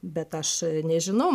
bet aš nežinau